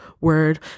word